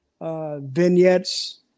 vignettes